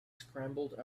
scrambled